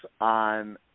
on